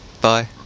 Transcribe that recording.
Bye